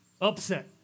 upset